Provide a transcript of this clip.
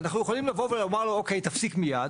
אנחנו יכולים לבוא ולומר לו אוקיי תפסיק מיד.